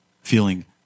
feeling